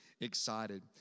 excited